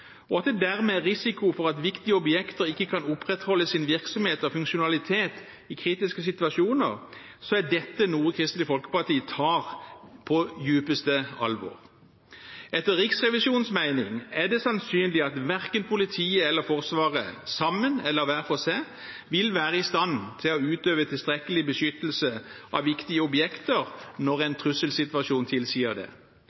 og at det dermed er risiko for at viktige objekter ikke kan opprettholde sin virksomhet og funksjonalitet i kritiske situasjoner, er dette noe Kristelig Folkeparti tar på dypeste alvor. Etter Riksrevisjonens mening er det sannsynlig at verken politiet eller Forsvaret, sammen eller hver for seg, vil være i stand til å utøve tilstrekkelig beskyttelse av viktige objekter når